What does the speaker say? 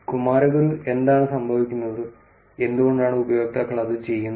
കുമാരഗുരു എന്താണ് സംഭവിക്കുന്നത് എന്തുകൊണ്ടാണ് ഉപയോക്താക്കൾ അത് ചെയ്യുന്നത്